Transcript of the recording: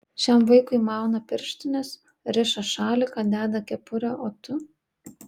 šiam vaikui mauna pirštines riša šaliką deda kepurę o tu